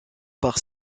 par